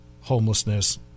homelessness